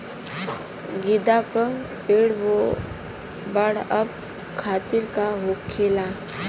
गेंदा का पेड़ बढ़अब खातिर का होखेला?